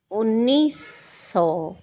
ਉੱਨੀ ਸ ਸੌ